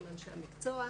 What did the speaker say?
עם אנשי המקצוע.